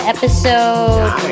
Episode